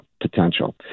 potential